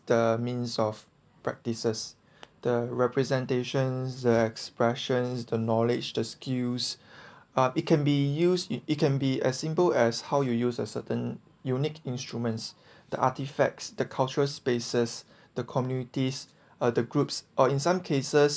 the means of practices the representations the expressions the knowledge the skills um it can be used it it can be as simple as how you use a certain unique instruments the artifacts the cultural spaces the communities or the groups or in some cases